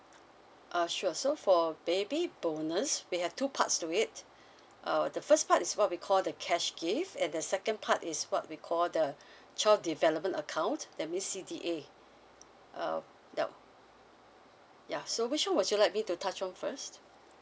uh sure so for baby bonus we have two parts to it uh the first part is what we call the cash gift and the second part is what we call the child development account that means C_D_A err that ya so which one would you like me to touch on first